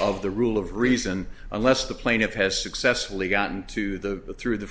of the rule of reason unless the plaintiff has successfully gotten to the through the